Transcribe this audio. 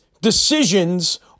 decisions